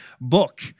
book